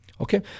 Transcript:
Okay